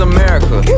America